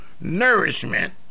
nourishment